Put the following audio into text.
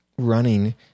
running